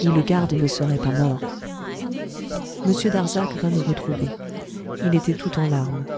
et le garde ne serait pas mort m darzac vint nous retrouver il était tout en larmes